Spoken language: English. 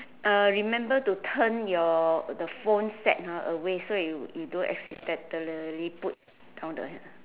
uh remember to turn your the phone set ah away so it would you don't accidentally put down the